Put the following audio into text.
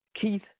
Keith